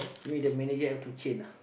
maybe the manager have to change ah